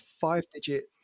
five-digit